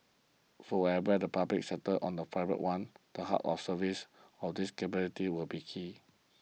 so whether the public sector on the private one the heart of service and these capabilities will be key